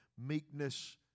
meekness